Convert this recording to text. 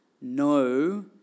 no